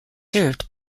served